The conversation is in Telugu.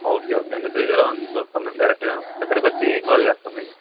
ఓకే ఓకే అండి త్రీ జీరో వన్కి వస్తాం మెం డైరెక్ట్గా అక్కడకి వచ్చి కాల్ చేస్తాం మేము